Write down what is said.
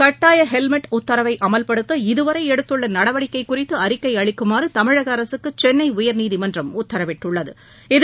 கட்டாய ஹெல்மெட் உத்தரவை அமவ்படுத்த இதுவரை எடுத்துள்ள நடவடிக்கை குறித்து அறிக்கை அளிக்குமாறு தமிழக அரசுக்கு சென்னை உயர்நீதிமன்றம் உத்தரவிட்டுள்ளது